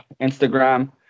instagram